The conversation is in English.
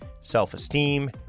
self-esteem